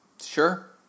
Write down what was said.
Sure